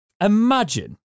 Imagine